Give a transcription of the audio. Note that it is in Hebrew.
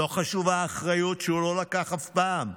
לא חשובה האחריות שהוא לא לקח אף פעם,